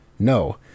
No